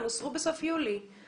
המגבלות הוסרו בסוף יולי.